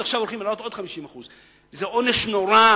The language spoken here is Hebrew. ועכשיו הולכים להעלות עוד 50%. זה עונש נורא,